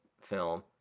film